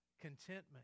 contentment